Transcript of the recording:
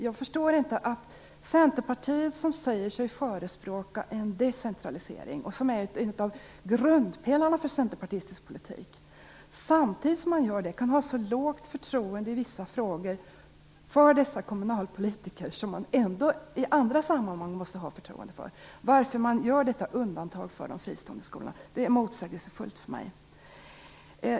Jag förstår inte att Centerpartiet, som säger sig förespråka en decentralisering - en av grundpelarna i centerpartistisk politik - samtidigt kan ha så lågt förtroende i vissa frågor för kommunalpolitiker. De måste man ju i andra sammanhang ändå ha förtroende för. Jag undrar varför man gör detta undantag för de fristående skolorna. Det är motsägelsefullt.